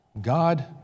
God